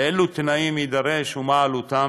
לאילו תנאים יידרש ומה עלותם,